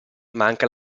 manca